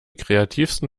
kreativsten